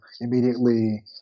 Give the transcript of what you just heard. immediately